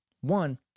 One